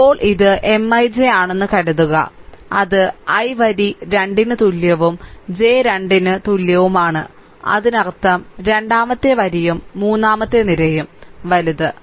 ഇപ്പോൾ ഇത് M I j ആണെന്ന് കരുതുക അത് I വരി 2 ന് തുല്യവും j 2 ന് തുല്യവുമാണ് അതിനർത്ഥം രണ്ടാമത്തെ വരിയും മൂന്നാമത്തെ നിരയും വലത്